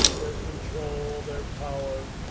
their control, their power,